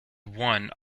one